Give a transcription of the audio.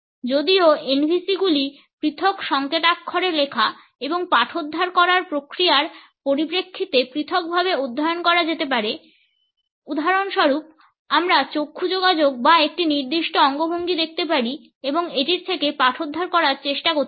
যদিও NVC গুলি পৃথক সংকেতাক্ষরে লেখা এবং পাঠোদ্ধার করার প্রক্রিয়ার পরিপ্রেক্ষিতে পৃথকভাবে অধ্যয়ন করা যেতে পারে উদাহরণস্বরূপ আমরা চক্ষু যোগাযোগ বা একটি নির্দিষ্ট অঙ্গভঙ্গি দেখতে পারি এবং এটির থেকে পাঠোদ্ধার করার চেষ্টা করতে পারি